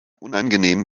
unangenehm